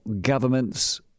governments